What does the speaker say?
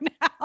now